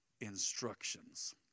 instructions